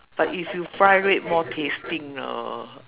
but if you fry it more tasting lor